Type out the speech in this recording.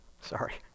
Sorry